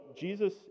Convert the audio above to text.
Jesus